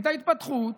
את ההתפתחות,